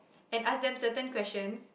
and ask them certain questions